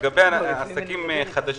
לגבי עסקים חדשים,